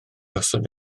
osod